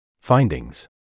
Findings